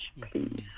Please